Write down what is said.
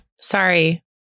Sorry